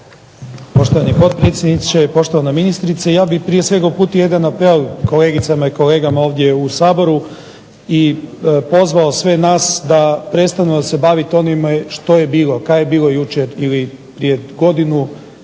Poštovani potpredsjedniče, poštovana ministrice ja bih prije svega uputio jedan apel kolegicama i kolegama ovdje u Saboru i pozvao sve nas da prestanu se baviti onime što je bilo. Kaj je bilo jučer ili prije godinu,